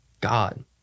god